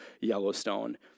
Yellowstone